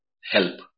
help